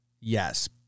Yes